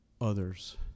others